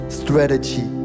strategy